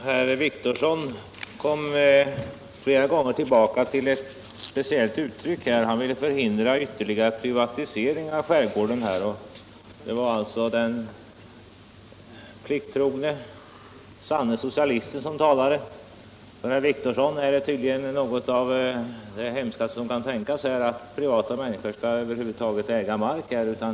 Herr talman! Herr Wictorsson kom flera gånger tillbaka till uttrycket att han ville förhindra ytterligare privatisering av skärgården. Det var den plikttrogne, sanne socialisten som talade. För herr Wictorsson är det tydligen något av det hemskaste man kan tänka sig att privatmänniskor skall äga mark.